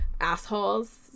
assholes